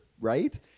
right